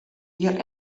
hjir